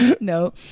No